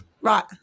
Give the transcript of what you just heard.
Right